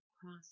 cross